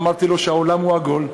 אמרתי לו שהעולם עגול,